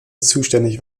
zuständig